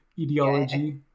ideology